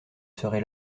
serai